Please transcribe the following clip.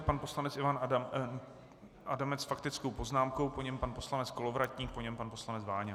Pan poslanec Ivan Adamec s faktickou poznámkou, po něm pan poslanec Kolovratník, po něm pan poslanec Váňa.